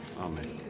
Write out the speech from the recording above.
Amen